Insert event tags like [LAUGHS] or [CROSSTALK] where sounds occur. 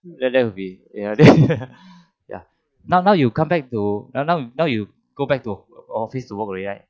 that that will be [LAUGHS] ya now now you come back to now now now you go back to office to work already right